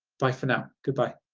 bye for now. goodbye.